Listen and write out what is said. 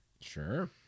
sure